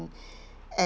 and